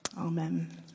Amen